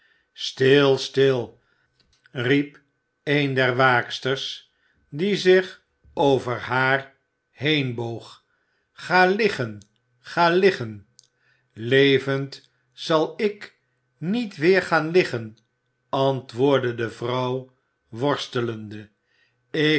stil stil riep een der waaksters die zich over haar heen boog ga liggen ga liggen levend zal ik niet weer gaan liggen antwoordde de vrouw worstelende ik